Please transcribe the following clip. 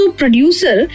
producer